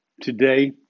today